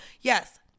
yes